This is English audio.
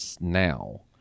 now